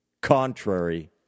contrary